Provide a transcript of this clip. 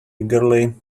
eagerly